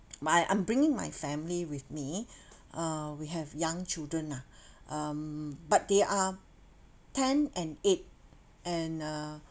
my I'm bringing my family with me uh we have young children ah um but they are ten and eight and uh